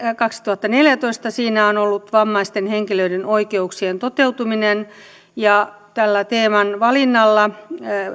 kaksituhattaneljätoista se on ollut vammaisten henkilöiden oikeuksien toteutuminen tällä teeman valinnalla